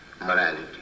morality